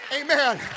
Amen